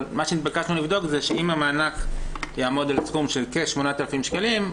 אבל מה שנתבקשנו לבדוק זה שאם המענק יעמוד על סכום של כ-8,000 שקלים,